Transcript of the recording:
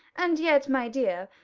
and yet, my dear,